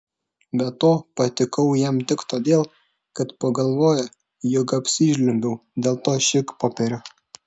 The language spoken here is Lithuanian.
be to patikau jam tik todėl kad pagalvojo jog apsižliumbiau dėl to šikpopierio